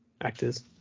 actors